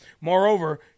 Moreover